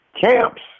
camps